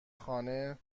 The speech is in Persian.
خانه